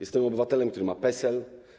Jestem obywatelem, który ma PESEL.